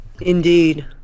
Indeed